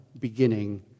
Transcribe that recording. beginning